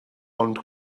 ond